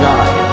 God